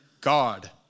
God